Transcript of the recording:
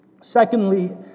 Secondly